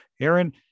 aaron